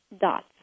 dots